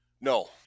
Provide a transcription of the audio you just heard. No